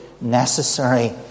necessary